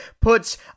puts